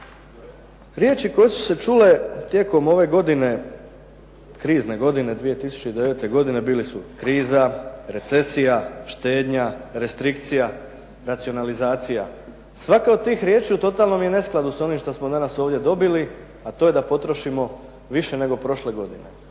Riječi koje su se čule tijekom ove godine, krizne godine 2009. bile su kriza, recesija, štednja, restrikcija, racionalizacija. Svaka od tih riječi u totalnom je neskladu s ovim što smo danas ovdje dobili a to je da potrošimo više nego prošle godine.